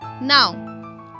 Now